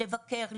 לבקר,